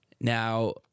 Now